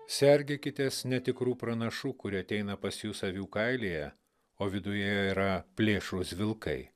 sergėkitės netikrų pranašų kurie ateina pas jus avių kailyje o viduje yra plėšrūs vilkai